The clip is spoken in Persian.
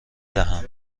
دهم